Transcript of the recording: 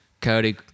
Cody